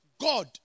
God